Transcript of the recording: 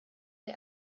der